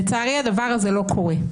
לצערי הדבר הזה לא קורה.